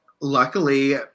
luckily